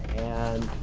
and